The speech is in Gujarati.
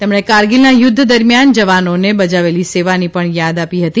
તેમણે કારગીલના યુદ્વ દરમિયાન જવાનોએ બજાવેલી સેવાની પણ યાદ આપી હતી